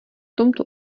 tomto